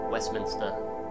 Westminster